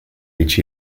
each